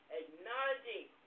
Acknowledging